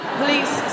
please